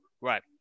Right